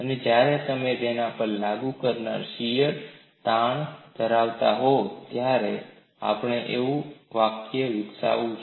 અને જ્યારે તમે તેના પર લાગુ કરનારા શીયર તાણ ધરાવતા હો ત્યારે આપણે તેવું જ વાકય વિકસાવીશું